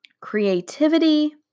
creativity